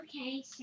Okay